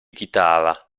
chitarra